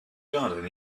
garden